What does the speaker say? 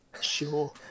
sure